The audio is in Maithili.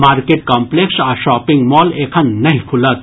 मार्केट कॉम्पलेक्स आ शॉपिंग मॉल एखन नहि खुलत